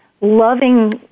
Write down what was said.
loving